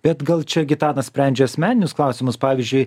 bet gal čia gitanas sprendžia asmeninius klausimus pavyzdžiui